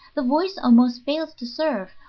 the voice almost fails to serve,